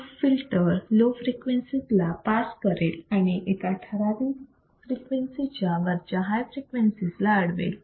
तो filter low frequencies ला पास करेल आणि एका ठरावीक फ्रिक्वेन्सीच्या वरच्या हाय फ्रिक्वेन्सीज ला अडवेल